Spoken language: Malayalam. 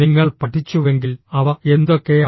നിങ്ങൾ പഠിച്ചുവെങ്കിൽ അവ എന്തൊക്കെയാണ്